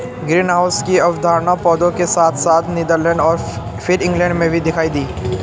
greenhouse की अवधारणा पौधों के साथ साथ नीदरलैंड और फिर इंग्लैंड में भी दिखाई दी